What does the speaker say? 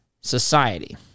society